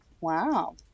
wow